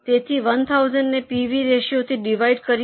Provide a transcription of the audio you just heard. તેથી 1000 ને P V ratio થી ડિવાઇડેડ કરીયે